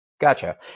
Gotcha